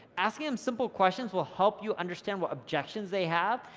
asking em simple questions will help you understand what objections they have,